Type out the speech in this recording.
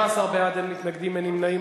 13 בעד, אין מתנגדים, אין נמנעים.